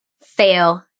fail